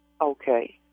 Okay